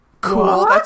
Cool